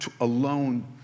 alone